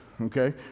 Okay